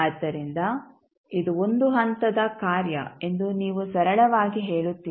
ಆದ್ದರಿಂದ ಇದು ಒಂದು ಹಂತದ ಕಾರ್ಯ ಎಂದು ನೀವು ಸರಳವಾಗಿ ಹೇಳುತ್ತೀರಿ